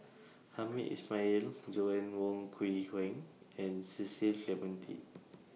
Hamed Ismail Joanna Wong Quee Heng and Cecil Clementi